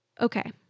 Okay